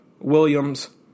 Williams